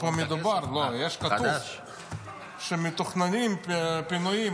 כתוב פה שמתוכננים פינויים.